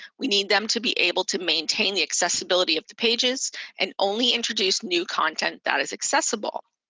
we need them to be able to maintain the accessibility of the pages and only introduce new content that is accessible.